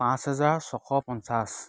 পাঁচ হেজাৰ ছশ পঞ্চাছ